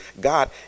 God